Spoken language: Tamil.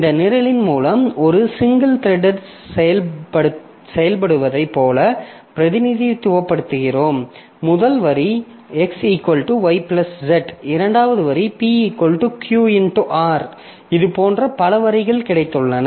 இந்த நிரலின் மூலம் ஒரு சிங்கிள் த்ரெட் செயல்படுவதைப் போல பிரதிநிதித்துவப்படுத்துகிறோம் முதல் வரி x y z இரண்டாவது வரி P Q x R இது போன்ற பல வரிகள் கிடைத்துள்ளன